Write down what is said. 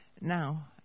Now